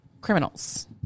criminals